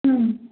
हम्म